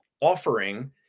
offering